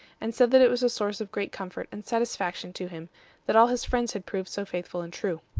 and said that it was a source of great comfort and satisfaction to him that all his friends had proved so faithful and true.